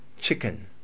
chicken